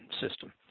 system